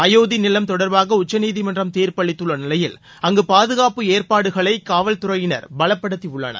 அயோத்தி நிலம் தொடர்பாக உச்சநீதிமன்றம் தீர்ப்பளித்துள்ள நிலையில் அங்கு பாதுகாப்பு ஏற்பாடுகளை காவல்துறையினர் பலப்படுத்தியுள்ளனர்